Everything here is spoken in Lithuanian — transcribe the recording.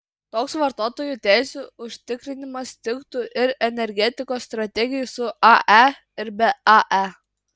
toks vartotojų teisių užtikrinimas tiktų ir energetikos strategijai su ae ir be ae